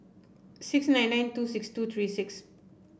six nine nine two six two three six